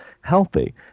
healthy